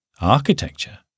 architecture